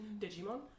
Digimon